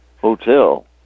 hotel